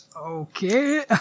Okay